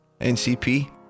NCP